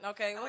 Okay